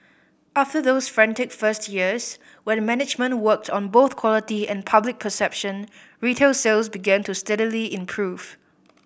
after those frantic first years when management worked on both quality and public perception retail sales began to steadily improve